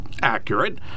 accurate